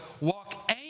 walk